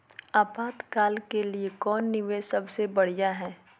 आपातकाल के लिए कौन निवेस सबसे बढ़िया है?